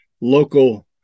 local